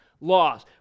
laws